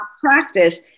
practice